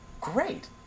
great